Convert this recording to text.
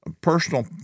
personal